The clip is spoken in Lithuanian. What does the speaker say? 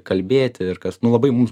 kalbėti ir kas nu labai mums